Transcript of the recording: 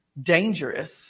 dangerous